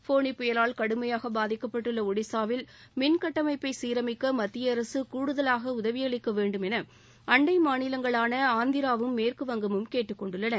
ஃபோனி புயலால் கடுமையாக பாதிக்கப்பட்டுள்ள ஒடிசாவில் மின் கட்டமைப்பை சீரமைக்க மத்திய அரசு கூடுதலாக உதவி அளிக்க வேண்டும் என அண்டை மாநிலங்களான ஆந்திராவும் மேற்கு வங்கமும் கேட்டுக் கொண்டுள்ளன